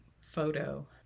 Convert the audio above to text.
photo